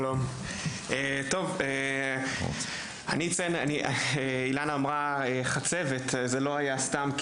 שלום רב, אילנה דיברה על חצבת וזה לא היה סתם.